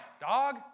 dog